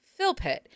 Philpitt